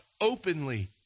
openly